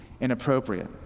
inappropriate